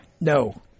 no